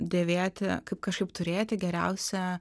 dėvėti kaip kažkaip turėti geriausią